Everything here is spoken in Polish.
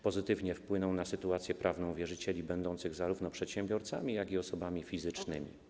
Pozytywnie wpłyną na sytuację prawną wierzycieli będących zarówno przedsiębiorcami, jak i osobami fizycznymi.